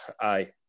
aye